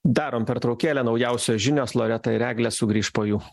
darom pertraukėlę naujausios žinios loreta ir eglė sugrįš po jų